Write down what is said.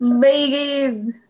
babies